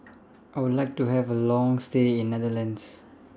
I Would like to Have A Long stay in Netherlands